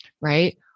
right